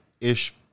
ish